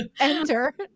enter